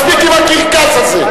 מספיק עם הקרקס הזה.